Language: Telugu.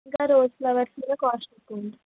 ఇంకా రోజ్ ఫ్లవర్స్ కూడా కాస్ట్ ఉంటుంది